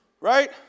Right